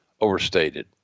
overstated